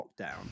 lockdown